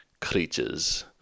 creatures